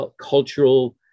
cultural